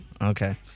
Okay